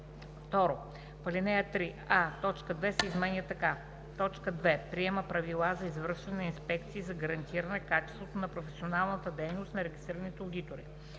В ал. 3: а) точка 2 се изменя така: „2. приема правила за извършване на инспекции за гарантиране качеството на професионалната дейност на регистрираните одитори;“